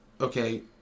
okay